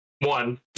One